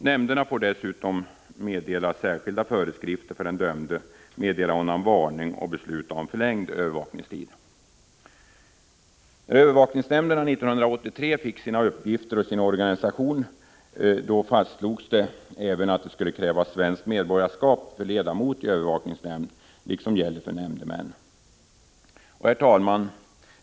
Nämnderna får dessutom meddela särskilda föreskrifter för den dömde, meddela honom varning och besluta om förlängd övervakningstid. När övervakningsnämnderna 1983 fick sina uppgifter och sin organisation fastslogs även att det för ledamot i övervakningsnämnd, liksom gäller för nämndemän, skulle krävas svenskt medborgarskap. Herr talman!